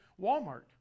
Walmart